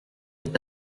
est